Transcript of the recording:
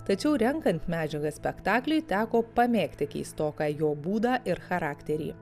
tačiau renkant medžiagą spektakliui teko pamėgti keistoką jo būdą ir charakterį